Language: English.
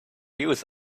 use